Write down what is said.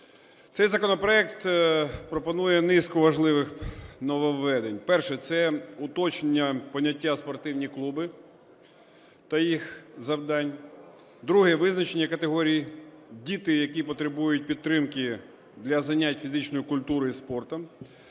Цей законопроект пропонує низку важливих нововведень. Перше. Це уточнення поняття "спортивні клуби" та їх завдань. Друге. Визначення категорії "діти, які потребують підтримки для занять фізичною культурою і спортом".